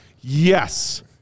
Yes